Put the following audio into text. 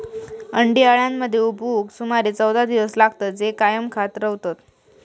अंडी अळ्यांमध्ये उबवूक सुमारे चौदा दिवस लागतत, जे कायम खात रवतत